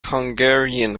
hungarian